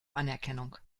anerkennung